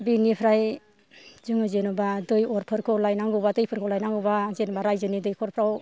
बेनिफ्राय जोङो जेनोबा दै अर फोरखौ लायनांगौबा दैफोरखौ लायनांगौबा जेनबा राज्योनि दैख'रफ्राव